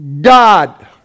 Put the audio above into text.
God